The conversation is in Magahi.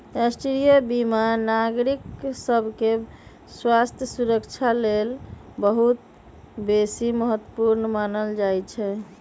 राष्ट्रीय बीमा नागरिक सभके स्वास्थ्य सुरक्षा लेल बहुत बेशी महत्वपूर्ण मानल जाइ छइ